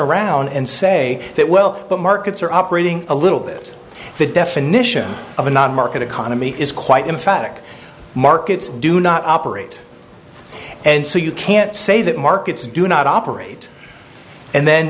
around and say that well but markets are operating a little bit the definition of a non market economy is quite emphatic markets do not operate and so you can't say that markets do not operate and then